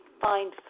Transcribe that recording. find